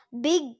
big